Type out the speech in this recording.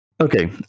Okay